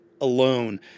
alone